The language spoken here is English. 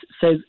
says